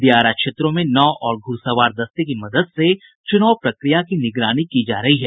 दियारा क्षेत्रों में नाव और घुड़सवार दस्ते की मदद से चुनाव प्रक्रिया की निगरानी की जा रही है